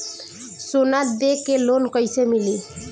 सोना दे के लोन कैसे मिली?